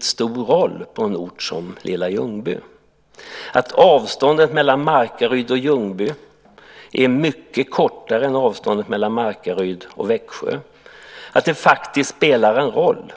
stor roll för en ort som lilla Ljungby. Avståndet mellan Markaryd och Ljungby är mycket kortare än avståndet mellan Markaryd och Växjö. Och detta spelar faktiskt roll.